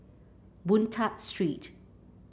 Boon Tat Street